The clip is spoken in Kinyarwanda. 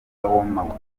w’amaguru